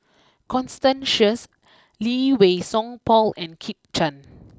Constance Sheares Lee Wei Song Paul and Kit Chan